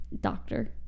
Doctor